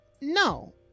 No